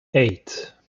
eight